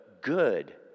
good